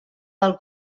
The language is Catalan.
del